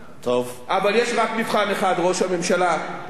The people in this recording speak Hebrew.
אבל יש רק מבחן אחד, ראש הממשלה, יו"ר האופוזיציה: